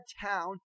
town